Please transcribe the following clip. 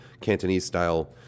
Cantonese-style